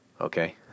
Okay